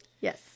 Yes